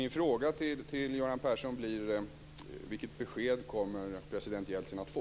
Min fråga till Göran Persson blir alltså: Vilket besked kommer president Jeltsin att få?